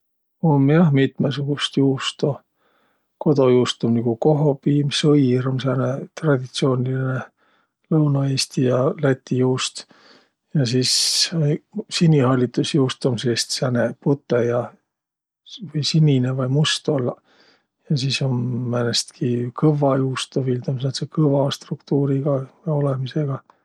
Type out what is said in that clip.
Um jah mitmõsugust juusto. Kodojuust um nigu kohopiim. Sõir um sääne traditsioonilinõ lõunõeesti ja läti juust. Ja sis sinihallitusjuust um seest sääne putõ ja või sinine vai must ollaq Ja sis um määnestki kõvva juustu viil. Tuu um sääntse kõva struktuuriga ja olõmisõgaq.